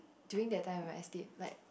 during that time right I stayed like